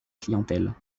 clientèle